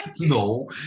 no